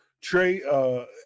Trey